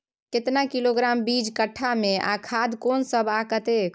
केतना किलोग्राम बीज कट्ठा मे आ खाद कोन सब आ कतेक?